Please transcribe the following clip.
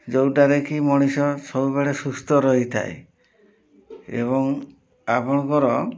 ଯେଉଁଟାରେ କି ମଣିଷ ସବୁବେଳେ ସୁସ୍ଥ ରହିଥାଏ ଏବଂ ଆପଣଙ୍କର